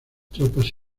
tropas